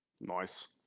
Nice